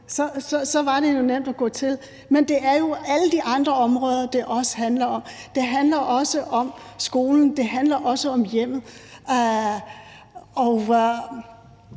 var det nemt at gå til, men det er jo alle de andre områder, det også handler om. Det handler også om skolen, det handler også om hjemmet.